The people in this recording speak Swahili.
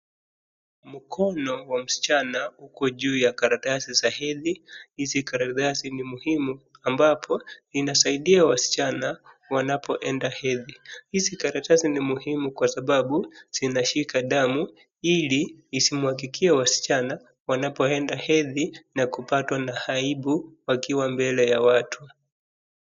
Mkono wa msichana uko juu ya ya karatasi saa hizi. Hizi karatasi ni muhimu ambapo inasaidia wasichana wanapoenda hedhi. Hizi karatasi ni muhimu kwa sababu zinashika damu hili isimwagikie wasichana wanapoenda hedhi na kupatwa na aibu wakiwa mbele ya watu.